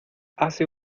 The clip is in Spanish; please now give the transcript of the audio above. hace